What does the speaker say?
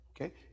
okay